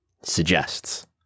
suggests